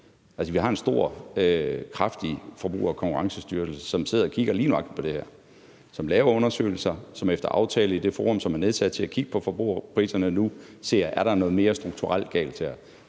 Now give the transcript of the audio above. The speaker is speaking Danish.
vi har en stor, kraftig Konkurrence- og Forbrugerstyrelsen, som sidder og kigger lige nøjagtig på det her, som laver undersøgelser, og som efter aftale med det forum, der nu er nedsat til at kigge på forbrugerpriserne, ser, om der er noget mere strukturelt galt her.